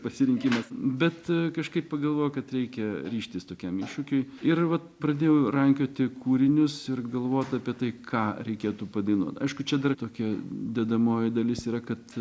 pasirinkimas bet kažkaip pagalvojau kad reikia ryžtis tokiam iššūkiui ir vat pradėjau rankioti kūrinius ir galvot apie tai ką reikėtų padainuot aišku čia dar tokia dedamoji dalis yra kad